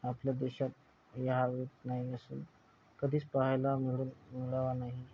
आपल्या देशात या होत नाही असून कधीच पाहायला मिळून मिळावा नाही